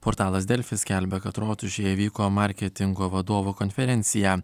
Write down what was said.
portalas delfi skelbia kad rotušėje vyko marketingo vadovų konferencija